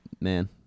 man